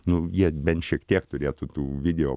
nu jie bent šiek tiek turėtų tų video